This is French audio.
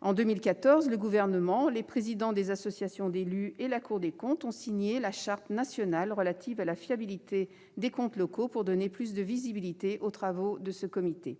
En 2014, le Gouvernement, les présidents des associations d'élus et la Cour des comptes ont signé la charte nationale relative à la fiabilité des comptes locaux pour donner plus de visibilité aux travaux de ce comité.